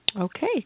Okay